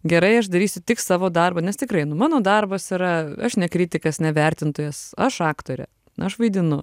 gerai aš darysiu tik savo darbą nes tikrai nu mano darbas yra aš ne kritikas ne vertintojas aš aktorė aš vaidinu